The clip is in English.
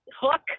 hook